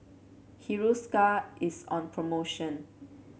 Hiruscar is on promotion